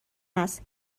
است